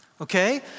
okay